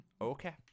okay